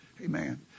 Amen